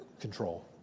control